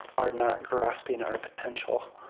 are not grasping our potential.